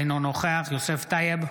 אינו נוכח יוסף טייב,